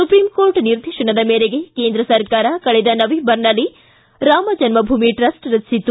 supreme court ನಿರ್ದೇಶನದ ಮೇರೆಗೆ ಕೇಂದ್ರ ಸರ್ಕಾರ ಕಳೆದ ನವೆಂಬರ್ನಲ್ಲಿ ರಾಮ ಜನ್ನಭೂಮಿ ಟ್ರಸ್ಟ್ ಅನ್ನು ರಚಿಸಿತ್ತು